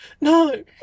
no